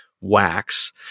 Wax